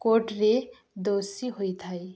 କୋର୍ଟରେ ଦୋଷୀ ହୋଇଥାଏ